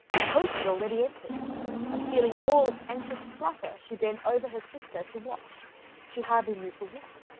hope had already entered and feeling all its anxious flutter, she bent over her sister to watch she hardly knew for what.